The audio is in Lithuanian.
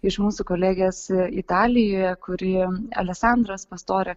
iš mūsų kolegės italijoje kuri aleksandros pastorė